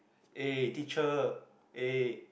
eh teacher eh